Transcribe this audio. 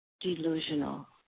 delusional